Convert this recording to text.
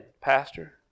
pastor